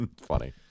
Funny